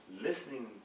listening